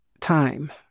time